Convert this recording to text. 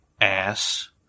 ass